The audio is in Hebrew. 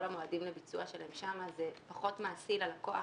המועדים לביצוע שלהם שם זה פחות מעשי ללקוח